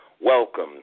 Welcome